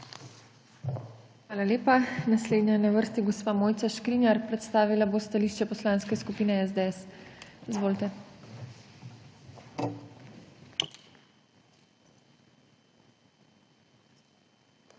Hvala lepa. Naslednja je na vrsti gospa Mojca Škrinjar, ki bo predstavila stališče Poslanske skupine SDS. Izvolite. MOJCA